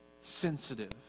sensitive